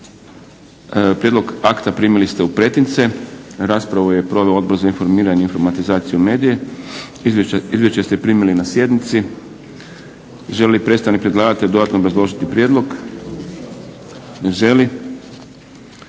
Prijedlog akta primili ste u pretince. Raspravu je proveo Odbor za informiranje, informatizaciju i medije. Izvješća ste primili na sjednici. Želi li predstavnik predlagatelja dodatno obrazložiti prijedlog? Ne